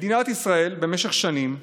מדינת ישראל, במשך שנים,